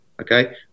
okay